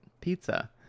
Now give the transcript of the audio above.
pizza